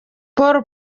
paul